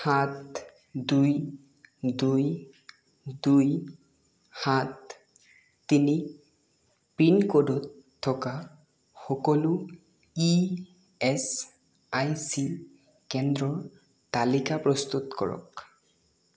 সাত দুই দুই দুই সাত তিনি পিনক'ডত থকা সকলো ই এছ আই চি কেন্দ্ৰৰ তালিকা প্ৰস্তুত কৰক